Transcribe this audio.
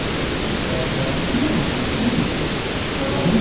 do you want me to talk about it? yeah, yeah well,